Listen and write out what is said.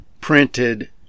printed